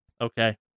okay